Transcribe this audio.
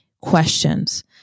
questions